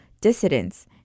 dissidents